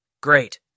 Great